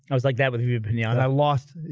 i was like that with you. and yeah, ah and i lost